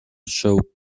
show